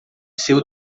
seu